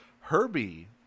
Herbie